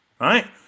right